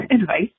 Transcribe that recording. advice